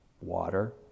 water